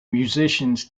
musicians